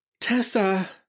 tessa